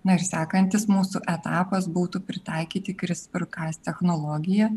na ir sekantis mūsų etapas būtų pritaikyti krispr ka technologiją